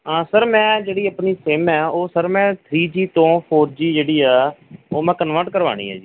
ਆ ਸਰ ਮੈਂ ਜਿਹੜੀ ਆਪਣੀ ਸਿੰਮ ਹੈ ਉਹ ਸਰ ਮੈਂ ਥਰੀ ਜੀ ਤੋਂ ਫੋਰ ਜੀ ਜਿਹੜੀ ਆ ਉਹ ਮੈਂ ਕਨਵਰਟ ਕਰਵਾਉਣੀ ਆ ਜੀ